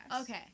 Okay